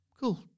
cool